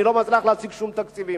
אני לא מצליח להשיג שום תקציב.